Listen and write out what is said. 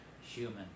human